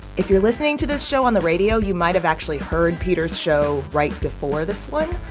if you're listening to this show on the radio, you might have actually heard peter's show right before this one.